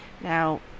Now